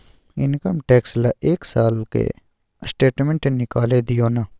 Income tax ल एक साल के स्टेटमेंट निकैल दियो न?